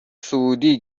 سعودی